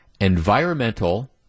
Environmental